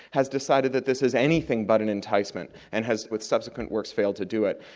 has decided that this is anything but an enticement, and has with subsequent works failed to do it.